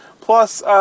Plus